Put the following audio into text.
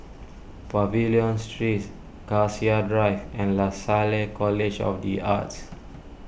Pavilion Streets Cassia Drive and Lasalle College of the Arts